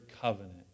covenant